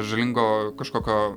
žalingo kažkokio